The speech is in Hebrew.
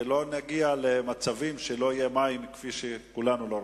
ולא נגיע למצבים שלא יהיו מים כפי שכולנו לא רוצים.